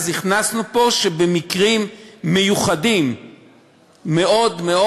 אז הכנסנו פה שבמקרים מיוחדים מאוד מאוד